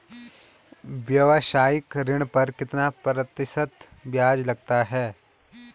व्यावसायिक ऋण पर कितना प्रतिशत ब्याज लगता है?